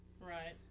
Right